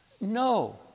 No